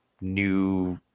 new